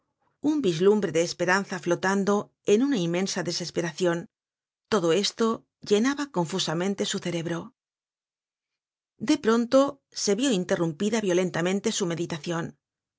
un vislumbre de esperanza flotando en una inmensa desesperacion todo esto llenaba confusamente su cerebro de pronto se vió interrumpida violentamente su meditacion oyó